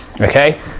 Okay